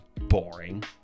boring